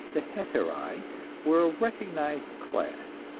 the hetairae were a recognized class,